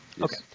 Okay